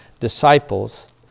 disciples